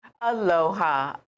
Aloha